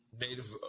Native